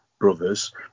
brothers